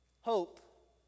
hope